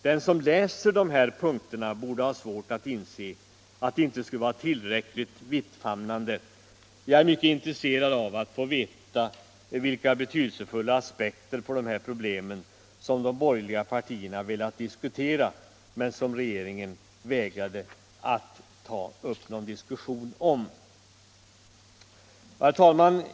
Den som läser dessa punkter borde ha svårt att anse att de inte skulle vara tillräckligt vittfamnande. Jag är mycket intresserad av att få veta vilka betydelsefulla aspekter på dessa problem som de borgerliga partierna velat diskutera men som regeringen vägrade att ta upp någon diskussion om. Herr talman!